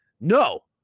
no